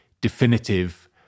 definitive